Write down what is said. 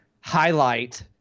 highlight